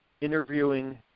interviewing